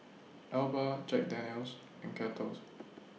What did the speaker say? Alba Jack Daniel's and Kettles